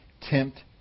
tempt